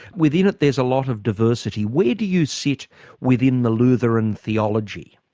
within it there's a lot of diversity. where do you sit within the lutheran theology?